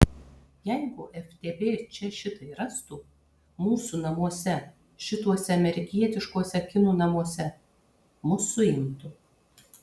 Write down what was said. jeigu ftb čia šitai rastų mūsų namuose šituose amerikietiškuose kinų namuose mus suimtų